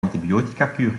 antibioticakuur